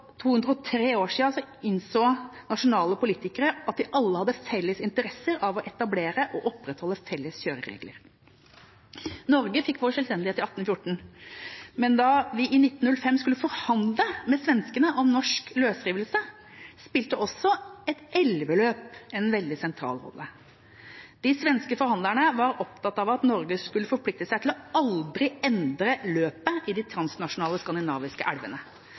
203 år siden innså nasjonale politikere at de alle hadde felles interesse av å etablere og opprettholde felles kjøreregler. Norge fikk sin selvstendighet i 1814, men da vi i 1905 skulle forhandle med svenskene om norsk løsrivelse, spilte også et elveløp en veldig sentral rolle. De svenske forhandlerne var opptatt av at Norge skulle forplikte seg til aldri å endre løpet i de transnasjonale skandinaviske